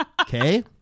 Okay